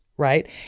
right